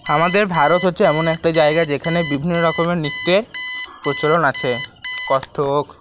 আমাদের ভারত হচ্ছে এমন একটা জায়গা যেখানে বিভিন্ন রকমের নৃত্যের প্রচলন আছে কত্থক